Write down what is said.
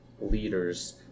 leaders